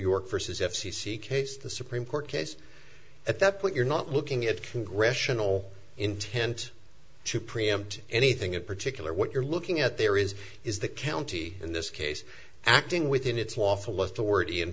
york for says f c c case the supreme court case at that point you're not looking at congressional intent to preempt anything in particular what you're looking at there is is the county in this case acting within its lawful authority